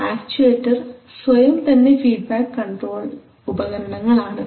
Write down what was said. actuator സ്വയം തന്നെ feedback control ഉപകരണങ്ങൾ ആണ്